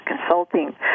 consulting